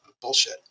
Bullshit